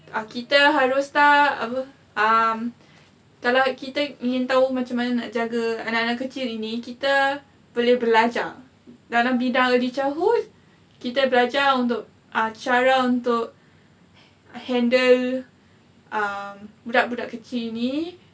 uh kita haruslah apa um kalau kita ingin tahu macam mana nak jaga anak-anak kecil ini kita boleh belajar dalam bidang early childhood kita belajar untuk uh cara untuk handle um budak-budak kecil ini